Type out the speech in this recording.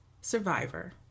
survivor